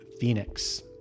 Phoenix